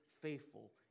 faithful